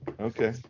Okay